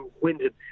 winded